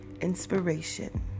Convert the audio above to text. inspiration